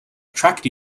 attract